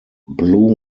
blue